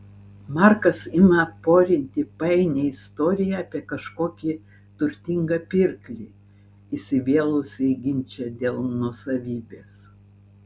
markas ima porinti painią istoriją apie kažkokį turtingą pirklį įsivėlusį į ginčą dėl nuosavybės